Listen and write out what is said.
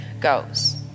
goes